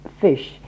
fish